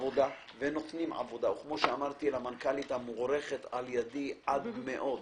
וכפי שאמרתי למנכ"לית המוערכת על-ידי עד מאוד,